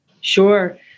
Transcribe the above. Sure